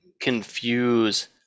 confuse